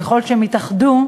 ככל שהן יתאחדו,